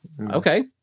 Okay